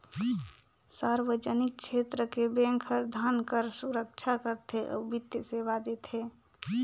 सार्वजनिक छेत्र के बेंक हर धन कर सुरक्छा करथे अउ बित्तीय सेवा देथे